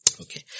Okay